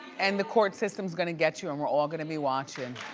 and the court system's gonna get you and we're all gonna be watching.